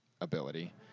ability